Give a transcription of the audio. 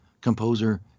composer